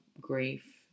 grief